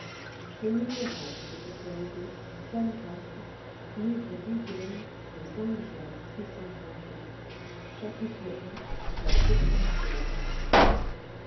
dixième le chapitre i la surface de la question